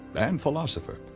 and philosopher,